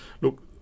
Look